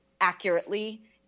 accurately